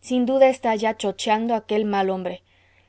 sin duda está ya chocheando aquel mal hombre